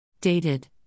Dated